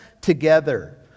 together